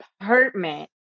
apartment